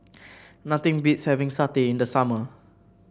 nothing beats having satay in the summer